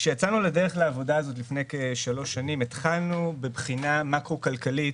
כשיצאנו לדרך בעבודה הזו לפני כשלוש שנים התחלנו בבחינה מקרו-כלכלית,